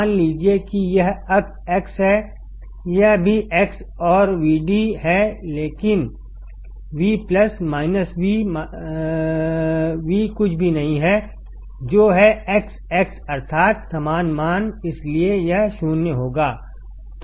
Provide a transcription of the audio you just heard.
मान लीजिए कि यह X हैयह भी X और Vdहै लेकिन V V कुछ भी नहीं है जो है XX अर्थात समान मान इसलिए यह 0 होगा